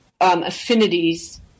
affinities